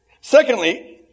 Secondly